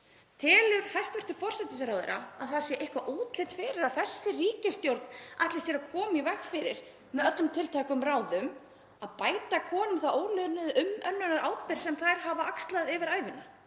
Telur hæstv. forsætisráðherra að það sé eitthvert útlit fyrir að þessi ríkisstjórn ætli sér að koma í veg fyrir, með öllum tiltækum ráðum, og bæta konum þá ólaunuðu umönnunarábyrgð sem þær hafa axlað yfir ævina